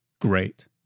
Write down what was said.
great